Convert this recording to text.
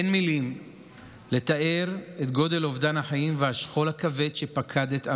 אין מילים לתאר את גודל אובדן החיים והשכול הכבד שפקד את עמנו,